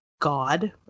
god